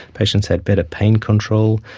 patients had better pain control,